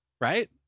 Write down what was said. right